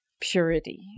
purity